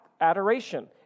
Adoration